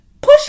push